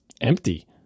empty